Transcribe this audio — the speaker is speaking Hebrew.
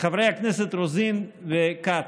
חברי הכנסת רוזין וכץ,